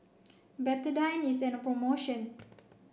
Betadine is an promotion